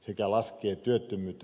sekä laskee työttömyyttä taantuman jälkeen